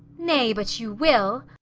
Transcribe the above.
nay, but you will?